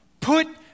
put